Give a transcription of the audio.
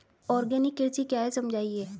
Organic कृषि क्या है समझाइए?